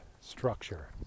structure